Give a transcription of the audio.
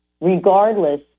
regardless